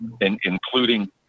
including